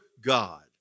God